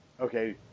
okay